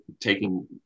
taking